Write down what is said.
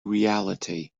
reality